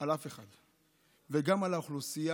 על אף אחד, וגם על האוכלוסייה